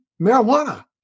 marijuana